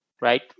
right